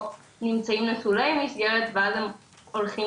או נמצאים נטולי מסגרת ואז הם הולכים